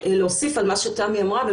להוסיף על מה שתמי אמרה,